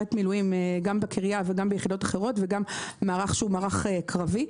מילואים גם בקריה וגם ביחידות אחרות וגם מערך שהוא מערך קרבי.